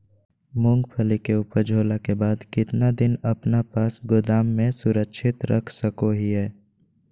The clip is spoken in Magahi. मूंगफली के ऊपज होला के बाद कितना दिन अपना पास गोदाम में सुरक्षित रख सको हीयय?